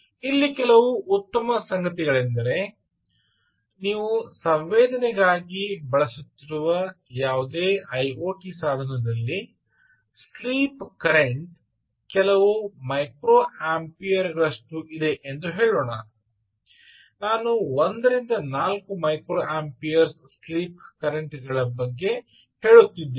ಇಲ್ಲಿ ಕೆಲವು ಉತ್ತಮ ಸಂಗತಿಗಳೆಂದರೆ ನೀವು ಸಂವೇದನೆಗಾಗಿ ಬಳಸುತ್ತಿರುವ ಯಾವುದೇ ಐಒಟಿ ಸಾಧನದಲ್ಲಿ ಸ್ಲೀಪ್ ಕರೆಂಟ್ ಕೆಲವು ಮೈಕ್ರೊಅಂಪಿಯರ್ ಗಳಷ್ಟು ಇದೆ ಎಂದು ಹೇಳೋಣ ನಾನು 1 ರಿಂದ 4 ಮೈಕ್ರೊಅಂಪಿಯರ್ಸ್ ಸ್ಲೀಪ್ ಕರೆಂಟ್ ಗಳ ಬಗ್ಗೆ ಹೇಳುತ್ತಿದ್ದೇನೆ